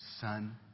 Son